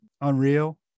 unreal